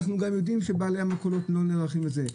אנחנו גם יודעים שבעלי המכונות לא נערכים לזה.